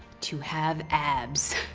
to have abs.